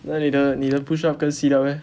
那你的你的 push up 跟 sit up eh